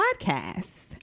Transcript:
Podcast